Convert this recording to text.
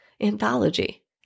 anthology